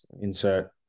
insert